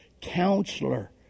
counselor